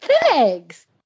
Thanks